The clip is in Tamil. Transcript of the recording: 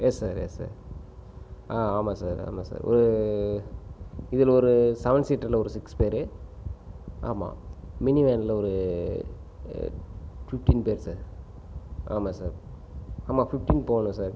எஸ் சார் எஸ் சார் ஆ ஆமாம் சார் ஆமாம் சார் இதில் ஒரு சவன் சீட்டரில் ஒரு சிக்ஸ் பேர் ஆமாம் மினி வேனில் ஒரு ஃபிஃப்டீன் பேர் சார் ஆமாம் சார் ஆமாம் ஃபிஃப்டீன் போகணும் சார்